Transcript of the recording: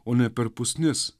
o ne per pusnis